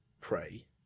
pray